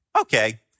okay